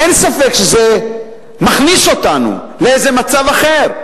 אין ספק שזה מכניס אותנו לאיזה מצב אחר.